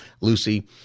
Lucy